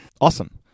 awesome